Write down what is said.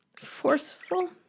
forceful